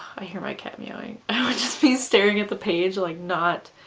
i hear my cat meowing, i would just be staring at the page like not